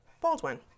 Baldwin